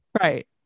right